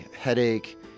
headache